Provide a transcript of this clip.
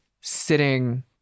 sitting